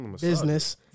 business